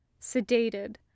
sedated